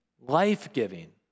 life-giving